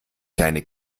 kleine